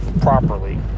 properly